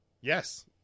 Yes